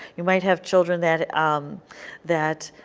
you might have children that um that